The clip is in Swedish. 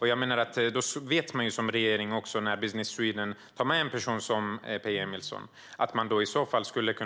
När Business Sweden tar med en person som Peje Emilsson vet man som regering